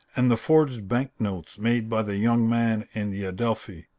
and the forged banknotes made by the young man in the adelphi?